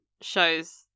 shows